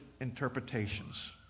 interpretations